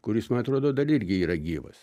kuris man atrodo dar irgi yra gyvas